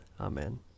Amen